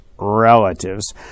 relatives